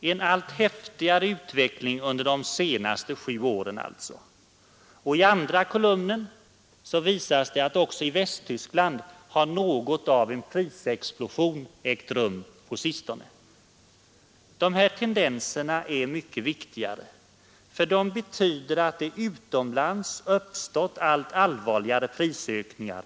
Det har alltså varit en häftigare prisstegring i USA under de senaste sju åren. I andra kolumnen visas att även i Västtyskland har något av en prisexplosion ägt rum på sistone. Dessa tendenser är mycket viktiga. De betyder att det utomlands har uppstått allt allvarligare prisökningar.